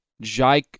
Jai